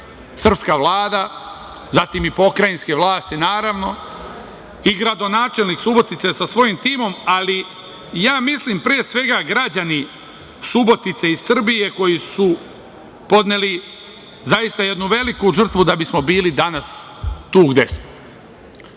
srpska Vlada, zatim i pokrajinske vlasti, naravno, i gradonačelnik Subotice sa svojim timom, ali ja mislim, pre svega, građani Subotice i Srbije koji su podneli zaista jednu veliku žrtvu da bismo bili danas tu gde smo,